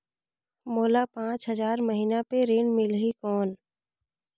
मोला पांच हजार महीना पे ऋण मिलही कौन?